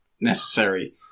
necessary